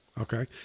Okay